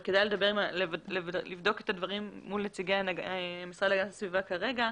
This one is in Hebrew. אבל כדאי לבדוק את הדברים מול נציגי המשרד להגנת הסביבה כרגע,